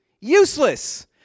Useless